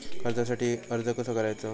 कर्जासाठी अर्ज कसो करायचो?